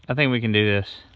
i think we can do this.